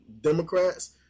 Democrats